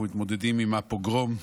אנחנו מתמודדים עם הפוגרום,